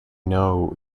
know